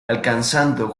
alcanzando